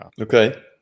Okay